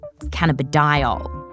cannabidiol